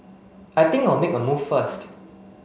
I think I'll make a move first